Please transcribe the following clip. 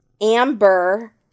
amber